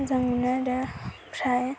मोजां मोनो आरो ओमफ्राय